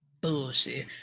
bullshit